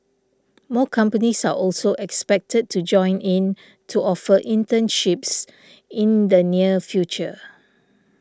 more companies are also expected to join in to offer internships in the near future